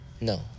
No